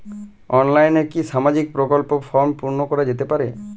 অনলাইনে কি সামাজিক প্রকল্পর ফর্ম পূর্ন করা যেতে পারে?